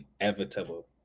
inevitable